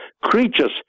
creatures